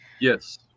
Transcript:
yes